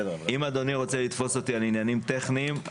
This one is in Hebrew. אם אדוני רוצה לתפוס אותי על עניינים טכניים,